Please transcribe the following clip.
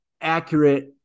accurate